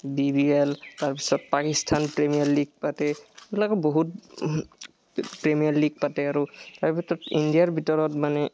B B L তাৰপিছত Pakistan premier league পাতে এইবিলাক বহুত প্ৰিমিয়াৰ লীগ পাতে আৰু তাৰ ভিতৰত ইণ্ডিয়াৰ ভিতৰত মানে